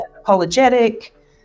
apologetic